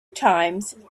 times